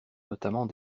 notamment